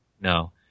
No